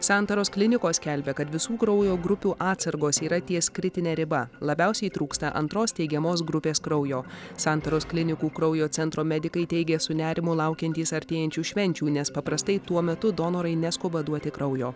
santaros klinikos skelbia kad visų kraujo grupių atsargos yra ties kritine riba labiausiai trūksta antros teigiamos grupės kraujo santaros klinikų kraujo centro medikai teigia su nerimu laukiantys artėjančių švenčių nes paprastai tuo metu donorai neskuba duoti kraujo